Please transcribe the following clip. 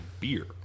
beer